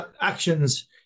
actions